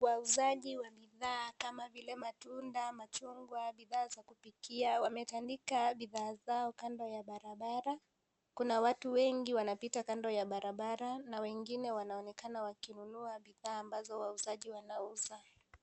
Wauzaji wa bidhaa kama vile matunda, machungwa, bidhaa za kupikia. Wametandika bidhaa zao kando ya barabara. Kuna watu wengi wanapita kando ya barabara na wengine wanaonekana wakinunua bidhaa ambazo wauzaji wanauza.